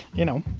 you know,